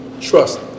trust